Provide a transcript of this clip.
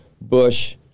Bush